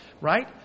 right